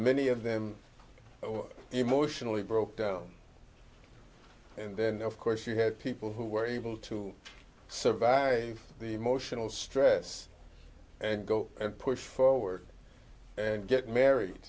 many of them emotionally broke down and then of course you had people who were able to survive the emotional stress and go and push forward and get married